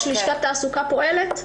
יש לשכת תעסוקה פועלת.